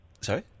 Sorry